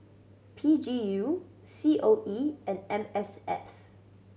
P G U C O E and M S F